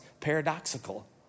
paradoxical